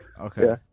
okay